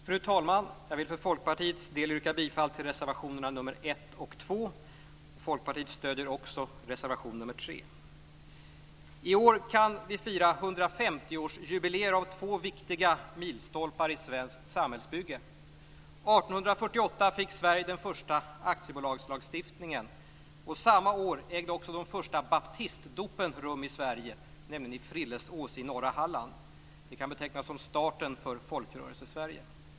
Fru talman! Jag vill för Folkpartiets del yrka bifall till reservationerna 1 och 2. Folkpartiet stöder också reservation 3. I år kan vi fira 150-årsjubileer av två viktiga milstolpar i svenskt samhällsbygge. 1848 fick Sverige den första aktiebolagslagstiftningen. Samma år ägde också de första baptisdopen rum i Sverige, nämligen i Frillesås i norra Halland, vilket kan betecknas som starten för Folkrörelsesverige.